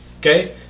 okay